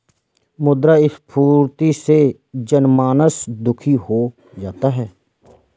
मुद्रास्फीति से जनमानस दुखी हो जाता है